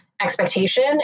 expectation